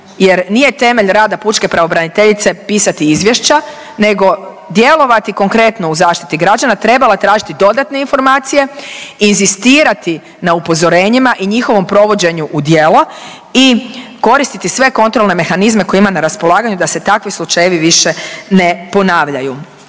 jer nije temelj rada pučke pravobraniteljice pisati izvješća nego djelovati konkretno u zaštiti građana, trebala tražiti dodatne informacije, inzistirati na upozorenjima i njihovom provođenju u djelo i koristiti sve kontrole mehanizme koje ima na raspolaganju da se takvi slučajevi više ne ponavljaju.